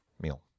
meal